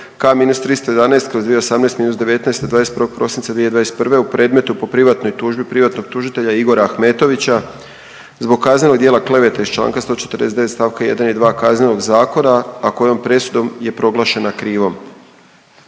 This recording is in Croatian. K-311/2018-19 od 21. prosinca 2021. u predmetu po privatnoj tužbi privatnog tužitelja Igora Ahmetovića, zbog kaznenog djela klevete iz čl. 149. st. 1. i 2. Kaznenog zakona, a kojom presudom je proglašena krivom.